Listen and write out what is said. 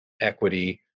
equity